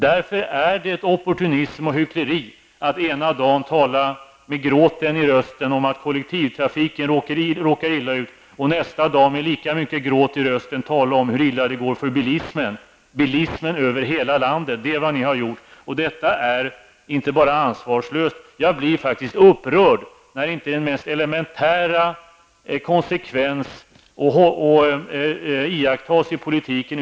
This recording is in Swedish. Därför är det opportunism och hyckleri att ena dagen med gråten i halsen tala om att kollektivtrafiken råkar illa ut och nästa dag med lika mycket gråt i halsen tala om hur illa det går för bilismen över hela landet. Det är vad ni har gjort, och detta är inte bara ansvarslöst, utan jag blir faktiskt upprörd när inte ens den mest elementära konsekvens iakttas i politiken.